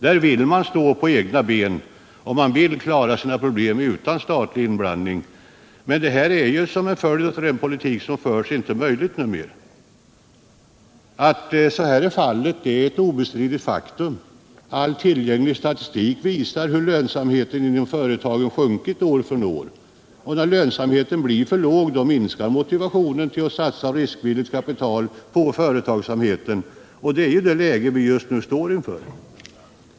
Företagen vill stå på egna ben och klara sina problem utan statlig inblandning, men detta är till följd av den politik som förts numera inte möjligt. Att så är fallet är ett obestridligt faktum. All tillgänglig statistik visar Nr 56 hur lönsamheten inom företagen sjunkit år från år. Och när lönsamheten blir för låg minskar motivationen att satsa riskvilligt kapital på företagsamhet, och det är det läge vi just nu står inför.